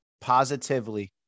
positively